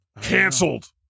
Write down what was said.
Cancelled